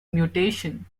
mutation